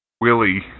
Willie